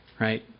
Right